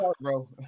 bro